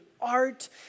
art